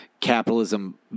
capitalism